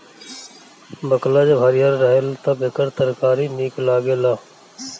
बकला जब हरिहर रहेला तअ एकर तरकारी बड़ा निक लागेला